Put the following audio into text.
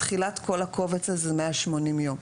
תחילת כול הקובץ הזה 180 יום.